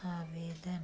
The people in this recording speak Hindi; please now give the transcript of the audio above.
आवेदन